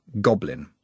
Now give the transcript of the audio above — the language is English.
Goblin